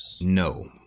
No